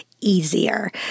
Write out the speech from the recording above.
easier